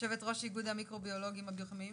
יושבת ראש איגוד המיקרוביולוגים והביוכימאים.